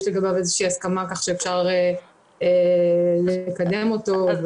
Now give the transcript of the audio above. לגביו איזושהי הסכמה כך שאפשר לקדם אותו.